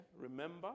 Remember